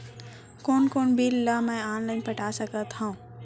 कोन कोन बिल ला मैं ऑनलाइन पटा सकत हव?